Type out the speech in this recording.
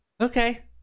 okay